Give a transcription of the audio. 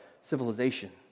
civilization